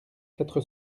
quatre